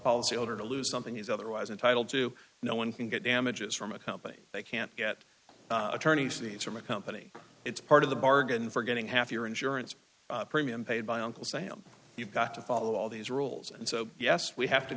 policyholder to lose something he's otherwise entitled to no one can get damages from a company they can't get attorney's fees from a company it's part of the bargain for getting half your insurance premium paid by uncle sam you've got to follow all these rules and so yes we have to